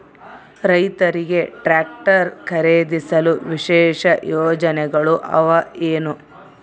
ರೈತರಿಗೆ ಟ್ರಾಕ್ಟರ್ ಖರೇದಿಸಲು ವಿಶೇಷ ಯೋಜನೆಗಳು ಅವ ಏನು?